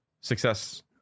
success